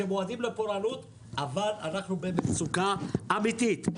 הם מועדים לפורענות אבל אנחנו במצוקה אמיתית.